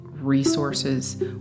resources